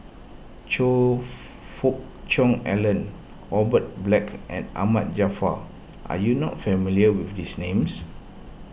Choe Fook Cheong Alan Robert Black and Ahmad Jaafar are you not familiar with these names